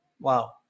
Wow